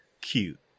cute